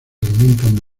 alimentan